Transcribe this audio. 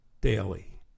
daily